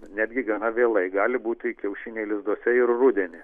netgi gana vėlai gali būti kiaušiniai lizduose ir rudenį